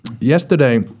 yesterday